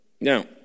Now